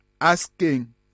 asking